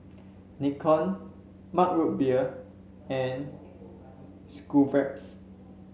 Nikon Mug Root Beer and Schweppes